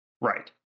right